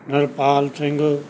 Harpal Singh